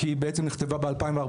כי היא בעצם נכתבה ב-2014,